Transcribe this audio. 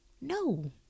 no